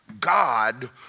God